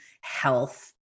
health